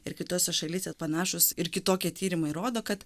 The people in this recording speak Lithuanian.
ir kitose šalyse panašūs ir kitokie tyrimai rodo kad